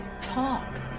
talk